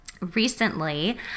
recently